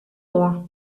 doa